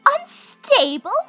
Unstable